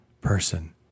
person